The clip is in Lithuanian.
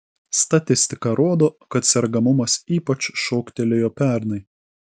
statistika rodo kad sergamumas ypač šoktelėjo pernai